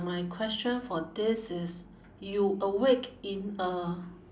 my question for this is you awake in a